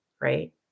right